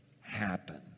happen